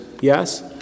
Yes